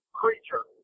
creature